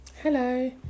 Hello